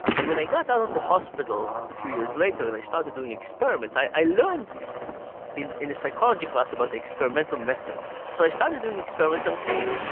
and when i got out of the hospital a few years later and i started doing experiments i i learned in in a psychology class about experimental methods and so i started doing experiments on pain.